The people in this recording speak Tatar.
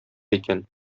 икән